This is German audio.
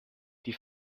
die